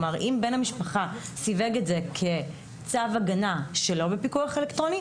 אם בן המשפחה סיווג את זה כצו הגנה שלא בפיקוח אלקטרוני,